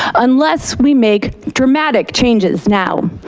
unless we make dramatic changes now.